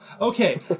Okay